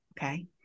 okay